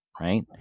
right